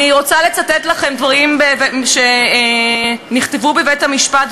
אני רוצה לצטט לכם דברים שנכתבו בבית-המשפט,